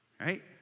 right